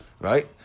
Right